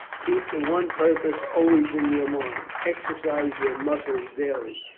keep the one purpose always in your mind. exercise your muscles daily,